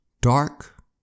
dark